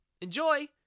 Enjoy